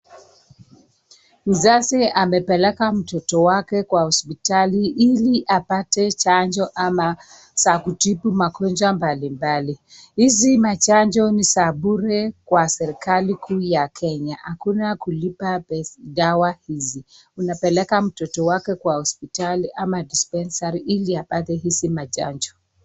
Mzazi amepeleka mtoto wake kwa hospitali ili apate chanjo ama za kutibu magonjwa mbalimbali. Hizi machanjo ni za bure kwa serikali kuu ya Kenya akuna kulipa dawa hizi. Unapeleka mtoto wake kwa hospitali ama dispensary ili apate hizi machanjo.